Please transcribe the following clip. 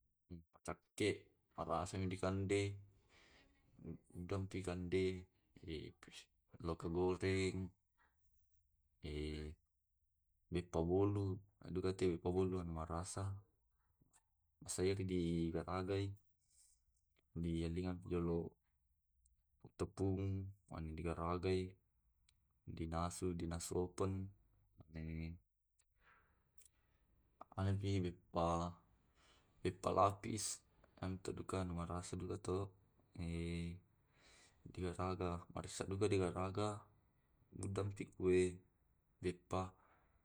Macakke marasani dikande, Udangki dikande eish, loka goreng eh beppa bolu, dendukaki beppa bolu na marasa, salai digaragai. Dialai dolo tepung, mane digaragai, dinasui dinasu open. Mane anu pi beppa, beppa lapis antu duka nu marasa to, eh digaraga marasa duka di garaga udangki kue beppa.